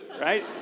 right